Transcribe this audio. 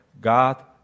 God